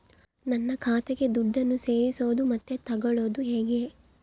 ನನ್ನ ಖಾತೆಗೆ ದುಡ್ಡನ್ನು ಸೇರಿಸೋದು ಮತ್ತೆ ತಗೊಳ್ಳೋದು ಹೇಗೆ?